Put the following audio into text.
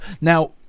Now